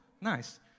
nice